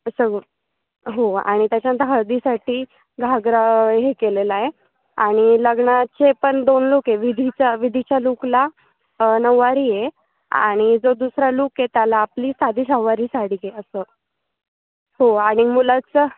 असं हो आणि त्याच्यानंतर हळदीसाठी घागरा हे केलेला आहे आणि लग्नाचे पण दोन लुक आहे विधीचा विधीच्या लूकला नऊवारी आहे आणि जो दुसरा लूक आहे त्याला आपली साधी सहावारी साडीच आहे असं हो आणि मुलाचं